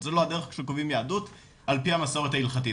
זה לא הדרך שקובעים יהדות עפ"י המסורת ההלכתית.